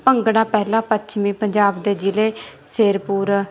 ਭੰਗੜਾ ਪਹਿਲਾ ਪੱਛਮੀ ਪੰਜਾਬ ਦੇ ਜ਼ਿਲ੍ਹੇ ਸ਼ੇਰਪੁਰ